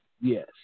Yes